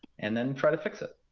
and then try to fix it.